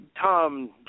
Tom